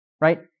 right